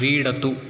क्रीडतु